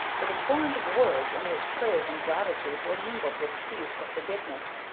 with a torrent of words in which praise and gratitude were mingled with pleas for forgiveness.